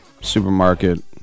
supermarket